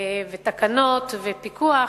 ותקנות ופיקוח.